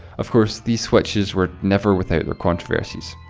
of course, these switches were never without their controversies.